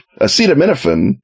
acetaminophen